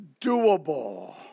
doable